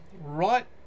right